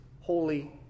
holy